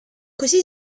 così